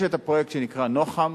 יש את הפרויקט שנקרא נוח"ם,